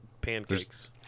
pancakes